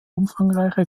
umfangreiche